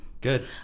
Good